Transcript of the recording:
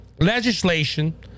legislation